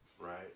right